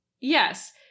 Yes